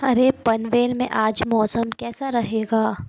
अरे पनवेल में आज मौसम कैसा रहेगा